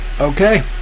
Okay